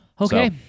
Okay